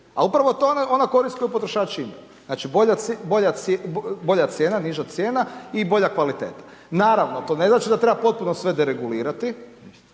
a upravo je to ona korist koju potrošači imaju, znači, bolja cijena, niža cijena i bolja kvaliteta. Naravno, to ne znači da treba potpuno sve deregulirati,